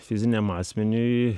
fiziniam asmeniui